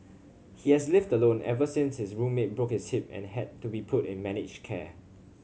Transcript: he has lived alone ever since his roommate broke his hip and had to be put in managed care